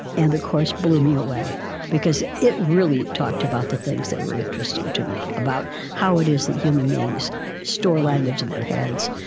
and the course blew me away because it really talked about the things that were interesting to me, about how it is that human beings store language in their heads,